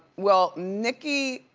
well nicki